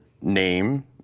name